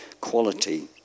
quality